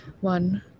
One